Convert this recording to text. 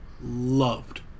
loved